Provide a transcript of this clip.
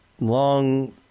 long